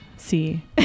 See